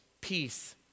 Peace